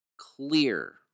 clear